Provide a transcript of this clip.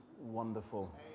wonderful